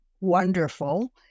wonderful